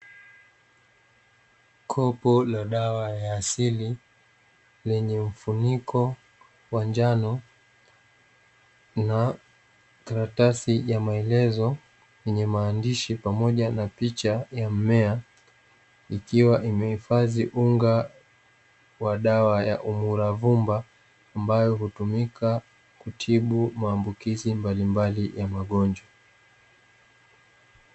Kopo na dawa ya asili lenye mfuniko wanjano na karatasi ya maelezo yenye maandishi pamoja na picha ya mmea, ikiwa imehifadhi unga wa dawa ya UMURAVUMBA ambayo hutumika kutibu maambukizi mbalimbali ya magonjwa.